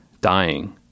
Dying